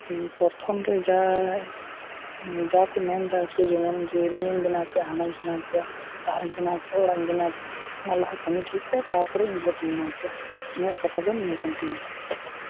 ᱯᱚᱨᱛᱷᱚᱢ ᱨᱮ ᱡᱟ ᱡᱟᱠᱚ ᱢᱮᱱ ᱮᱫᱟ ᱱᱩᱠᱩ ᱡᱮᱢᱚᱱ ᱡᱮ ᱱᱤᱭᱟᱹᱧ ᱵᱮᱱᱟᱣ ᱟᱯᱮᱭᱟ ᱦᱟᱱᱟᱹᱧ ᱵᱮᱱᱟᱣ ᱟᱯᱮᱭᱟ ᱰᱟᱦᱟᱨᱤᱧ ᱵᱮᱱᱟᱣ ᱟᱯᱮᱭᱟ ᱚᱲᱟᱜ ᱤᱧ ᱵᱮᱱᱟᱣ ᱟᱯᱮᱭᱟ ᱚᱱᱟ ᱞᱟᱦᱟ ᱠᱟᱹᱢᱤ ᱴᱷᱤᱠ ᱯᱮ ᱛᱟᱯᱚᱨᱮ ᱤᱧ ᱵᱷᱳᱴᱤᱧ ᱮᱢᱟᱣᱟ ᱯᱮᱭᱟ ᱤᱧᱟᱹᱜ ᱠᱟᱛᱷᱟ ᱫᱚ ᱱᱤᱭᱟᱹ ᱠᱟᱱᱟ ᱛᱤᱧ ᱜᱮᱭᱟ